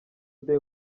day